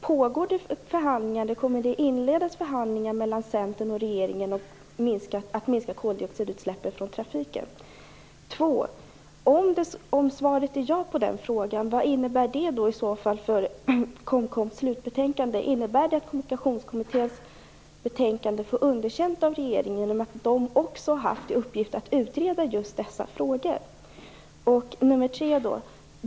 Pågår det eller kommer det att inledas förhandlingar mellan Centern och regeringen om att minska koldioxidutsläppet från trafiken? 2. Om svaret är ja på fråga 1, vad innebär det i så fall för Kommunikationskommitténs slutbetänkande? Innebär det att betänkandet får underkänt av regeringen, i och med att kommittén har haft i uppgift att utreda dessa frågor? 3.